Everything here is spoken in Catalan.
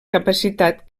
capacitat